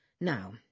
Now